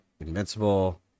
Invincible